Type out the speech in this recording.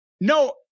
no